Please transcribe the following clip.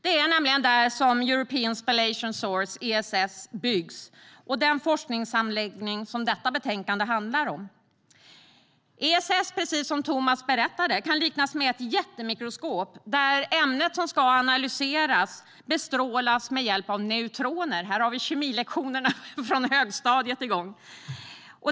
Det är nämligen där som European Spallation Source, ESS, byggs. Det är den forskningsanläggning som detta betänkande handlar om. ESS kan, precis som Thomas berättade, liknas vid ett jättemikroskop där ämnet som ska analyseras bestrålas med hjälp av neutroner - här har vi kemilektionerna från högstadiet igång.